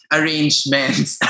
Arrangements